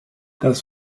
das